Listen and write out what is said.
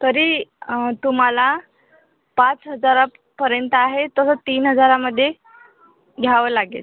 तरी तुम्हाला पाच हजारापर्यंत आहे तसं तीन हजारामध्ये घ्यावं लागेल